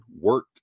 work